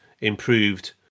improved